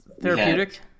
Therapeutic